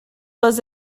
les